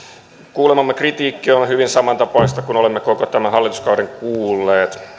kuulemamme kritiikki on hyvin samantapaista kuin olemme koko tämän hallituskauden kuulleet